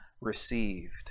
received